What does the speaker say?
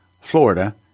Florida